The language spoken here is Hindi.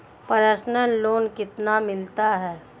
पर्सनल लोन कितना मिलता है?